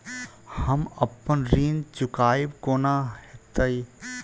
हम अप्पन ऋण चुकाइब कोना हैतय?